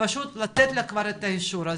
ופשוט לתת לה כבר את האישור הזה,